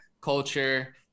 culture